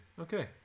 Okay